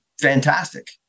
fantastic